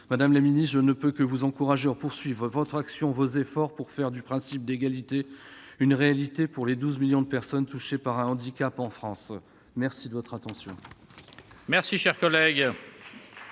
savons mobilisée, et je ne peux que vous encourager à poursuivre votre action, vos efforts pour faire du principe d'égalité une réalité pour les douze millions de personnes touchées par un handicap en France. La parole est